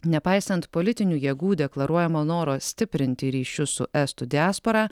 nepaisant politinių jėgų deklaruojamo noro stiprinti ryšius su estų diaspora